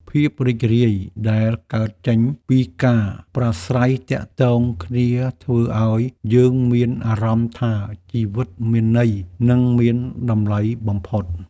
ភាពរីករាយដែលកើតចេញពីការប្រាស្រ័យទាក់ទងគ្នាធ្វើឱ្យយើងមានអារម្មណ៍ថាជីវិតមានន័យ និងមានតម្លៃបំផុត។